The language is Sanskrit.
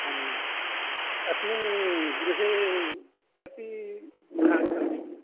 आम् अस्मिन् गृहे कति दिना